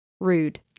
Rude